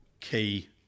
key